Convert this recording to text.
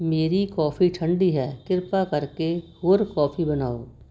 ਮੇਰੀ ਕੌਫੀ ਠੰਡੀ ਹੈ ਕਿਰਪਾ ਕਰਕੇ ਹੋਰ ਕੌਫੀ ਬਣਾਓ